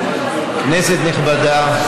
כנסת נכבדה,